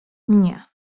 nie